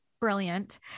brilliant